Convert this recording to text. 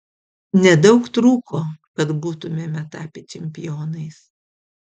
nedaug trūko kad būtumėme tapę čempionais